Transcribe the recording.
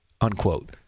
Unquote